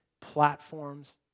platforms